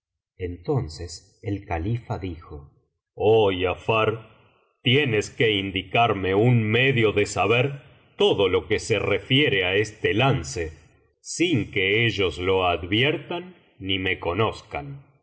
entonces el califa dijo oh giafar tienes que indicarme un medio de saber todo lo que se refiere á este lance sin que ellos lo adviertan ni me conozcan